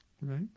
Right